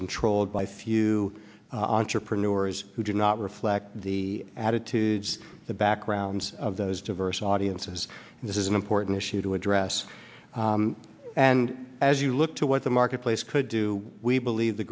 controlled by few entrepreneurs who do not reflect the attitudes the backgrounds of those diverse audiences and this is an important issue to address and as you look to what the marketplace could do we believe the